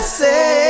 say